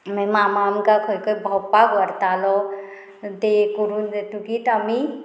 मागीर मामा आमकां खंय खंय भोंवपाक व्हरतालो ते करून तेतुगीत आमी